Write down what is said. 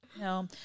No